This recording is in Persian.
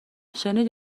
شنیدی